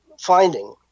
finding